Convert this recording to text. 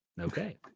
Okay